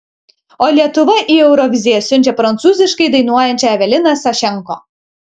o lietuva į euroviziją siunčia prancūziškai dainuojančią eveliną sašenko